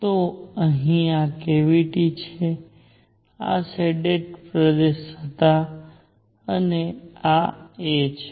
તો અહીં આ કેવીટી છે આ શેડેડ પ્રદેશ હતા અને આ a છે